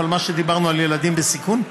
על מה שדיברנו על ילדים בסיכון?